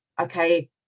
Okay